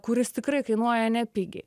kuris tikrai kainuoja nepigiai